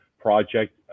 project